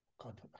God